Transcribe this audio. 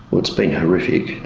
well, it's been horrific,